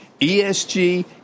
ESG